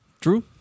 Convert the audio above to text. true